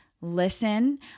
listen